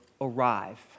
arrive